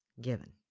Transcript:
given